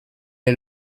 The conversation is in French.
est